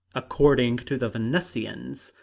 according to the venusians,